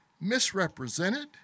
misrepresented